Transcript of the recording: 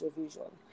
visual